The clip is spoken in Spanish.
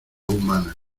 humana